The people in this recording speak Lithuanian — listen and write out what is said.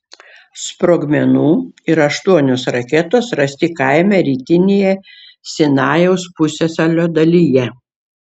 sprogmenų ir aštuonios raketos rasti kaime rytinėje sinajaus pusiasalio dalyje